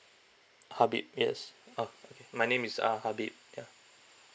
habib yes ah okay my name is uh habib yeah